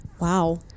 Wow